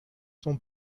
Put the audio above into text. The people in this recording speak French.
son